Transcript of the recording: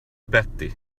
batty